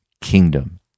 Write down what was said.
kingdom